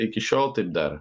iki šiol taip dar